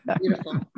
beautiful